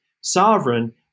sovereign